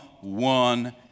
one